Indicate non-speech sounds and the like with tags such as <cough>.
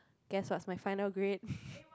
guess what's my final grade <breath>